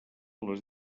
les